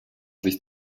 sich